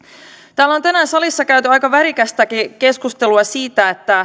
täällä salissa on tänään käyty aika värikästäkin keskustelua siitä